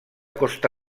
costa